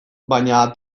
baina